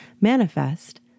Manifest